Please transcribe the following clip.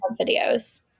videos